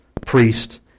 priest